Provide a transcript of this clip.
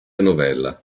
novella